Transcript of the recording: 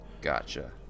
Gotcha